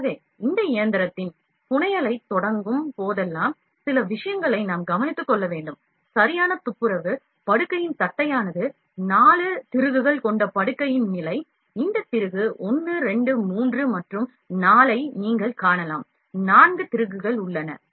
எனவே இந்த இயந்திரத்தின் புனையலைத் தொடங்கும் போதெல்லாம் சில விஷயங்களை நாம் கவனித்துக் கொள்ள வேண்டும்சரியான துப்புரவு படுக்கையின் தட்டையானது 4 திருகுகள் கொண்ட படுக்கையின் நிலை இந்த திருகு 1 2 3 மற்றும் 4 ஐ நீங்கள் காணலாம் 4 திருகுகள் உள்ளன